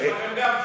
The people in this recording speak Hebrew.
גם לכם יש שיניים.